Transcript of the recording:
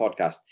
podcast